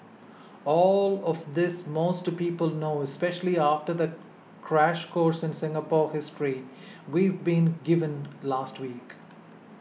all of this most people know especially after the crash course in Singapore history we've been given last week